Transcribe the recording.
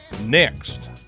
next